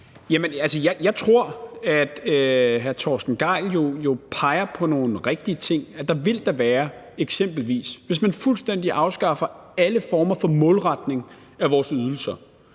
Jeg tror jo, hr. Torsten Gejl peger på nogle rigtige ting. Der vil da eksempelvis, hvis man fuldstændig afskaffer alle former for målretning af vores ydelser,